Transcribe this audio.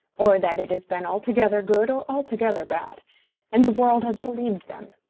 or that it has been altogether good or altogether bad and the world has believed them.